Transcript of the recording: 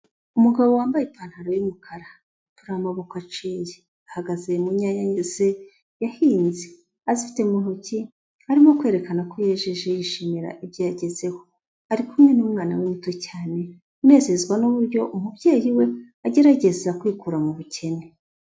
Umugabo wambaye ipantaro y'umukara, umupira w'amaboko aciye, ahagaze mu nyanya ze yahinze, azifite mu ntoki, arimo kwerekana ko yejeje yishimira ibyo yagezeho, ari kumwe n'umwana we muto cyane unezezwa n'uburyo umubyeyi we agerageza kwikura mu bukene.